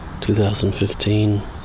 2015